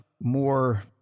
more